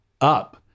up